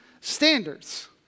standards